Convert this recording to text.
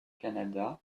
canada